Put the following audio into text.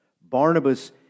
Barnabas